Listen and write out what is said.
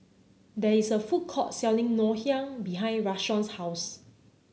there is a food court selling Ngoh Hiang behind Rashawn's house